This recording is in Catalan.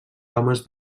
homes